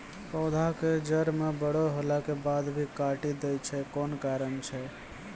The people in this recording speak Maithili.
पौधा के जड़ म बड़ो होला के बाद भी काटी दै छै कोन कारण छै?